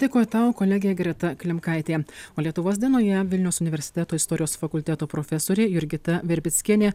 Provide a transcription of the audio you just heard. dėkoju tau kolegė greta klimkaitė o lietuvos dienoje vilniaus universiteto istorijos fakulteto profesorė jurgita verbickienė